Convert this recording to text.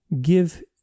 give